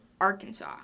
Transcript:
Arkansas